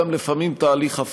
לפעמים גם תהליך הפוך.